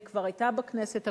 היא כבר היתה בכנסת הקודמת,